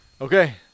Okay